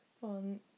fun